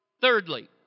Thirdly